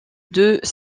deux